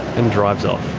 and drives off.